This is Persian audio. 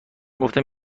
گفتم